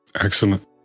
Excellent